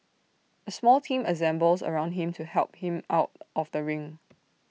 A small team assembles around him to help him out of the ring